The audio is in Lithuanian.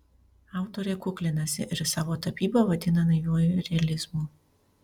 autorė kuklinasi ir savo tapybą vadina naiviuoju realizmu